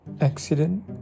accident